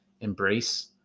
embrace